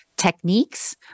Techniques